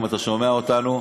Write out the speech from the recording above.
אם אתה שומע אותנו,